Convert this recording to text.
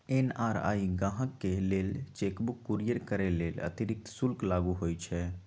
NRI गाहकके लेल cheque book courier करय लेल अतिरिक्त शुल्क लागू होइ छइ